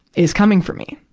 is coming for me.